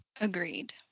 Agreed